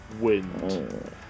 Wind